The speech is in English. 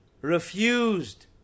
refused